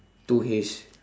two hays